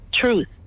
truth